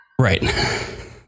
Right